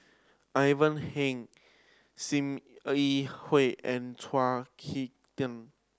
Ivan Heng Sim Yi Hui and Chao Hick Tin